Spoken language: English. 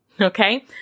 Okay